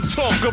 talk